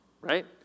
right